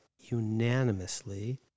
unanimously